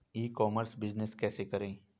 ई commerce business कैसे करें?